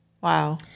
Wow